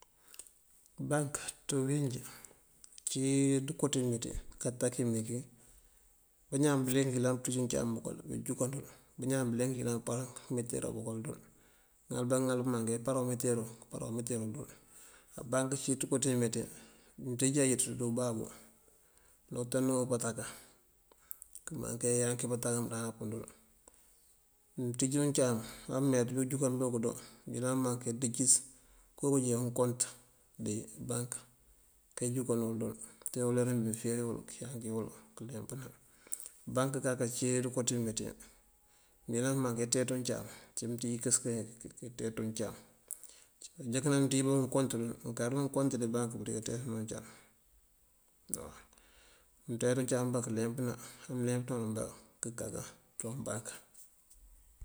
Bank ţí biiwín njí, ací ţënko ţí meenţí, kata kí meenkí, bañaan bëliyëng búuyëlan pëënţi uncáam bëkël píinjunkandël. Bañaan bëliyëng káampáran mitirá bëkël dul. Mëëŋal bá këëŋal pëëmaŋ kii páraŋ umitiro dël, këëmparaŋ umitiroo dël. A bank cíin ţëko ţi meenţi mëëţíij ayënţú dí ubabú anáwëtanu páantákan këëmaŋ keeyanki páantákan páandanapun dël. Mëënţíij uncáam, ameenţ binkënjunka këëndo, yan bank kíndícës koo uwí kúuk jee unkont dí bank, keenjunkan uwul dël tee uler uwímbi mëëfíir uwël këëyanki uwul këëleempëna. Bank aka cí ţëënko ţí meenţí mëyëlan pëëmaŋ keţeeţ uncáam uncí mëëntíij káasiya kayak keţeeţ uncáam unjëënkëna mëëţíij unkont dël. Mëëkáaţ bá unkont dël bëërika ţeeţanu uncáam waw. Mëënţeenţ uncáam mbá këëleempëna, amëëleemp mbá këënkakan cíwun bank.